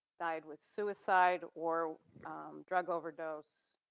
died with suicide or drug overdose,